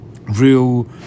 real